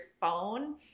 phone